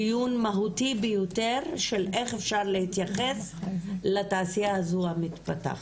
דיון מהותי ביותר של איך אפשר להתייחס לתעשייה הזו המתפתחת,